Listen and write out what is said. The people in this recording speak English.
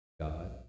God